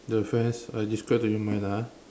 the rest I describe to you mine ah